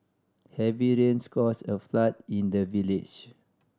heavy rains caused a flood in the village